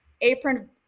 apron